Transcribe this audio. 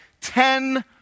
ten